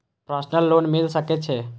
Personal loan मिल सके छे?